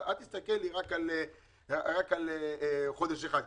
אל תסתכל רק על חודש אחד,